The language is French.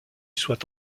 soit